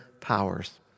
powers